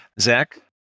Zach